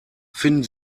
finden